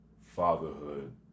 fatherhood